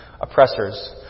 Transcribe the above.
oppressors